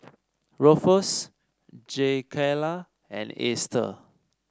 Rufus Jakayla and Easter